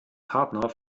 partner